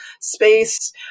space